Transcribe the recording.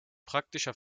praktischer